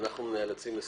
אנחנו נאלצים לסיים.